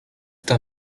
the